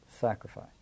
sacrifice